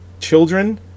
children